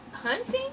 Hunting